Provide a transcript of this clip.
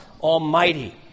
Almighty